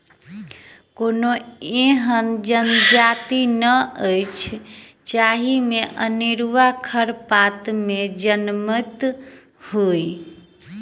कोनो एहन जजाति नै अछि जाहि मे अनेरूआ खरपात नै जनमैत हुए